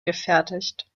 gefertigt